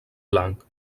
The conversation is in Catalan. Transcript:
blanc